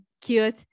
cute